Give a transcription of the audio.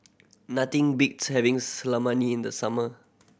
nothing beats having Salami in the summer